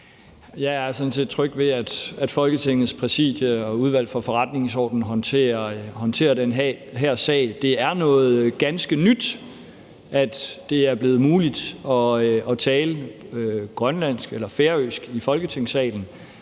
Jeg er sådan set tryg ved, at Folketingets Præsidium og Udvalget for Forretningsordenen håndterer den her sag. Det er noget ganske nyt, at det er blevet muligt at tale grønlandsk eller færøsk i Folketingssalen.